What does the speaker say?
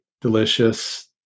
delicious